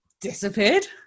disappeared